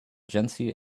jency